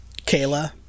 Kayla